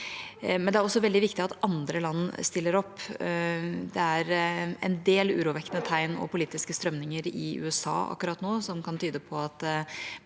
men det er også veldig viktig at andre land stiller opp. Det er en del urovekkende tegn og politiske strømninger i USA akkurat nå som kan tyde på at